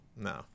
no